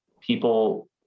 people